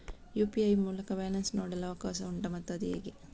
UPI ಮೂಲಕ balance ನೋಡಲು ಅವಕಾಶ ಉಂಟಾ ಮತ್ತು ಅದು ಹೇಗೆ?